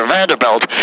Vanderbilt